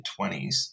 20s